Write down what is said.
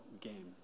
game